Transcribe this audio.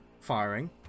firing